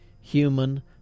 human